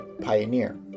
pioneer